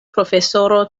profesoro